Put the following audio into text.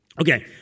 Okay